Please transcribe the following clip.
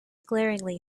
glaringly